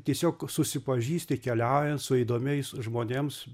tiesiog susipažįsti keliaujant su įdomiais žmonėms